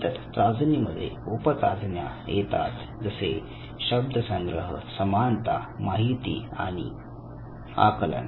नंतर चाचणीमध्ये उप चाचण्या येतात जसे शब्दसंग्रह समानता माहिती आणि आकलन